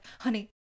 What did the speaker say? honey